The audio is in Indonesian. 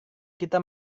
kita